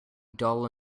dull